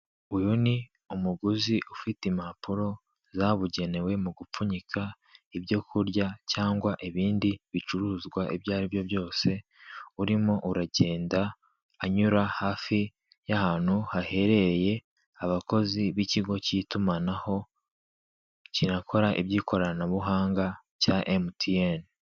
Uyu ni umuguzi ufite impapuro zabuganawe mu gupfunyika ibyo kurya cyangwa ibindi bicuruzwa ibyo ari byo byose, urimo uragenda anyura hafi y'ahantu haherereye abakozi b'ikigo k'itumanaho kinakora iby'ikoranabuhanga cya emutiyene